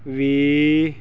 ਵੀ